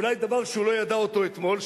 אולי דבר שהוא לא ידע אותו אתמול,